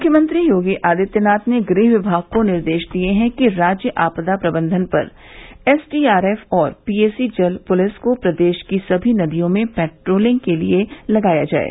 मुख्यमंत्री योगी आदित्यनाथ ने गृह विभाग को निर्देश दिये हैं कि राज्य आपदा प्रबंधन पर एसडीआरएफ और पीएसी जल पुलिस को प्रदेश की सभी नदियों में पेट्रोलिंग के लिये लगाया जाये